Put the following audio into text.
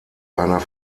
einer